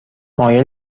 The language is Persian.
مایل